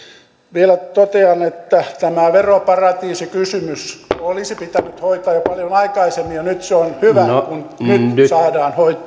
vielä totean että tämä veroparatiisikysymys olisi pitänyt hoitaa jo paljon aikaisemmin ja se on hyvä kun nyt saadaan